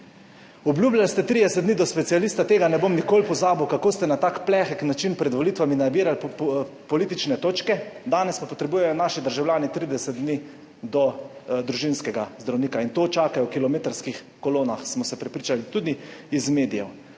Obljubljali ste 30 dni do specialista. Tega ne bom nikoli pozabil, kako ste na tak plehek način pred volitvami nabirali politične točke. Danes pa potrebujejo naši državljani 30 dni do družinskega zdravnika in čakajo v kilometrskih kolonah, smo se prepričali tudi iz medijev.